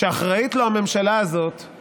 שאחראית לו הממשלה הזאת הוא